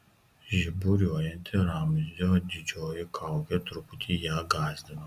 žiburiuojanti ramzio didžiojo kaukė truputėlį ją gąsdino